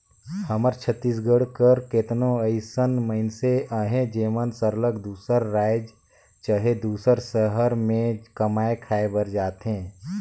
हमर छत्तीसगढ़ कर केतनो अइसन मइनसे अहें जेमन सरलग दूसर राएज चहे दूसर सहर में कमाए खाए बर जाथें